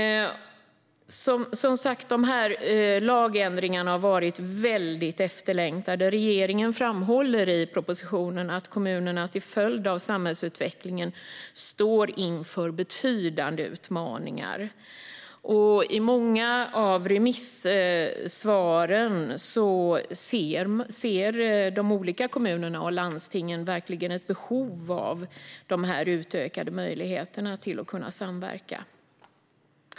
Lagändringarna har som sagt varit väldigt efterlängtade. Regeringen framhåller i propositionen att kommunerna till följd av samhällsutvecklingen står inför betydande utmaningar. I många av remissvaren ser de olika kommunerna och landstingen verkligen ett behov av dessa utökade möjligheter att samverka.